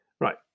Right